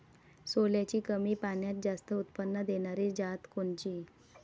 सोल्याची कमी पान्यात जास्त उत्पन्न देनारी जात कोनची?